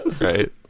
Right